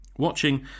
Watching